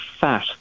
fat